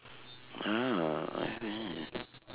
oh